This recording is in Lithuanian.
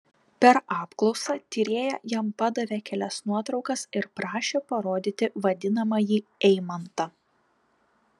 per apklausą tyrėja jam padavė kelias nuotraukas ir prašė parodyti vadinamąjį eimantą